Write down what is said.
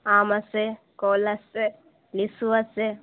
আম আছে কল আছে লিচু আছে